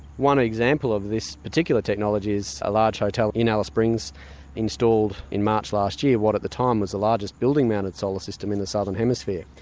one example of this particular technology is a large hotel in alice springs installed in march last year what at the time was the largest building-mounted solar system in the southern hemisphere,